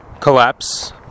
collapse